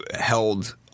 held